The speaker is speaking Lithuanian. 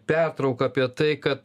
pertrauką apie tai kad